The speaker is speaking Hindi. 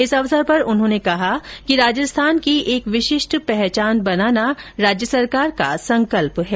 इस अवसर पर उन्होंने कहा कि राजस्थान की एक विशिष्ट पहचान बनाना राज्य सरकार का संकल्प है